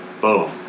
boom